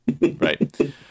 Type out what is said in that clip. Right